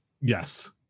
Yes